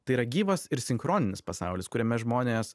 tai yra gyvas ir sinchroninis pasaulis kuriame žmonės